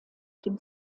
dem